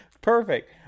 perfect